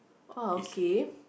ah okay